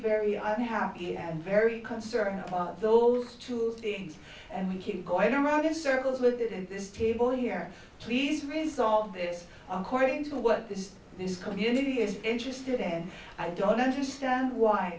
very happy and very concerned about those two things and we keep going around in circles with it and this table here please resolve this according to what this this community is interested in and i don't understand why